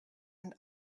and